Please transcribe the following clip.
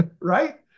right